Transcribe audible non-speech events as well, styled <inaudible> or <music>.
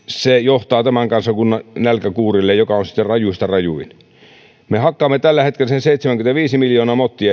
se johtaa tämän kansakunnan nälkäkuurille joka on sitten rajuista rajuin me hakkaamme tällä hetkellä sen hieman yli seitsemänkymmentäviisi miljoonaa mottia <unintelligible>